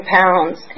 pounds